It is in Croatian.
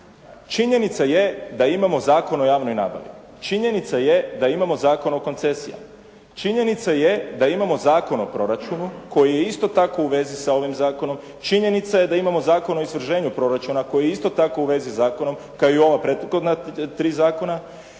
Činjenica je da imamo Zakon o javnoj nabavi, činjenica je da imamo Zakon o koncesijama, činjenica je da imamo Zakon o proračunu koji je isto tako u vezi sa ovim zakonom, činjenica je da imamo Zakon o izvršenju proračuna koji je isto tako u vezi sa zakonom kao i u ova prethodna tri zakona,